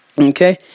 Okay